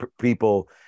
people